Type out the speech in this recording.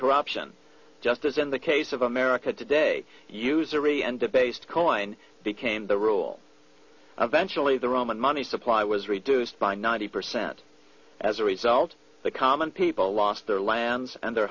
corruption just as in the case of america today usury and debased coin became the rule eventuality the roman money supply was reduced by ninety percent as a result the common people lost their lands and their